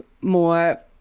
more